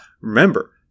remember